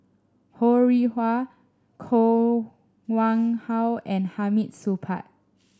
Ho Rih Hwa Koh Nguang How and Hamid Supaat